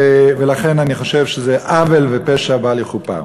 ולכן אני חושב שזה עוול ופשע בל יכופר.